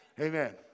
Amen